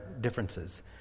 differences